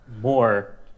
more